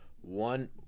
one